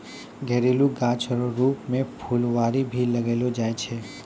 घरेलू गाछ रो रुप मे फूलवारी भी लगैलो जाय छै